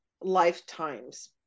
lifetimes